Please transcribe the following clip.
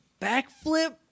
backflip